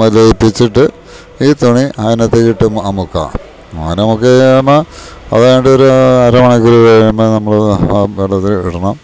മരവിപ്പിച്ചിട്ട് ഈ തുണി അതിനകത്തേക്കിട്ട് മുക്കുക അങ്ങനെ മുക്കി കഴിയുമ്പോൾ അത് കഴിഞ്ഞിട്ട് ഒരു അരമണിക്കൂറ് കഴിയുമ്പോൾ നമ്മള് ആ വെള്ളത്തില് ഇടണം